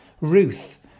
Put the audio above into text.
Ruth